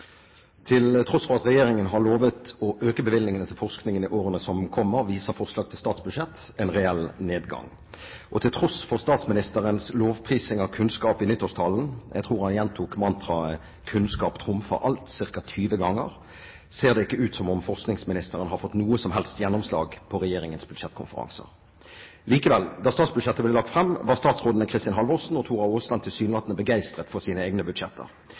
statsbudsjett en reell nedgang. Til tross for statsministerens lovprising av kunnskap i nyttårstalen – jeg tror han gjentok mantraet «Kunnskap trumfer alt» ca. 20 ganger – ser det ikke ut som om forskningsministeren har fått noe som helst gjennomslag på regjeringens budsjettkonferanser. Likevel, da statsbudsjettet ble lagt fram, var statsrådene Kristin Halvorsen og Tora Aasland tilsynelatende begeistret for sine egne budsjetter. Ifølge Kunnskapsdepartementets egen pressemelding uttaler de: «Vi er glade for